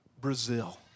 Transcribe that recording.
Brazil